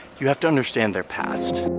you have to understand their past.